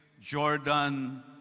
Jordan